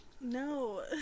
No